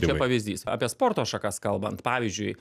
čia pavyzdys apie sporto šakas kalbant pavyzdžiui